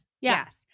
Yes